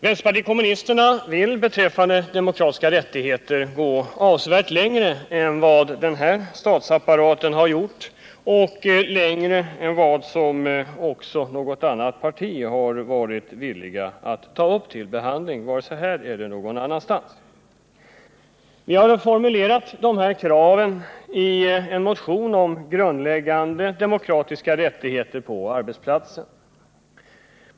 Vänsterpartiet kommunisterna vill beträffande demokratiska rättigheter gå avsevärt längre än vad den här statsapparaten gjort och längre än vad något annat parti varit villigt att föreslå, vare sig här eller någon annanstans. Vi har formulerat det här kravet i en motion om grundläggande demokratiska rättigheter på arbetsplatsen.